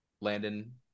Landon